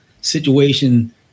situation